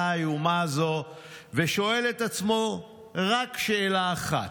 האיומה הזאת ושואל את עצמו רק שאלה אחת: